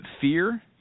fear